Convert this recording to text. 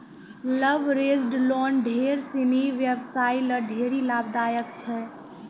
leveraged loan ढेर सिनी व्यवसायी ल ढेरी लाभदायक छै